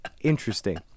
Interesting